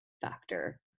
factor